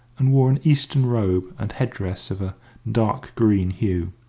and wore an eastern robe and head-dress of a dark-green hue.